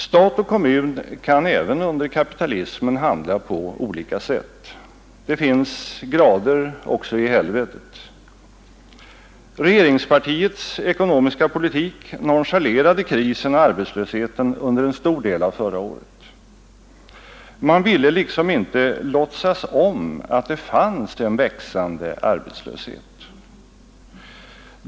Stat och kommun kan även under kapitalismen handla på olika sätt. Det finns grader också i helvetet. Regeringspartiets ekonomiska politik nonchalerade krisen och arbetslösheten under en stor del av förra året. Man ville liksom inte låtsas om att det fanns en växande arbetslöshet.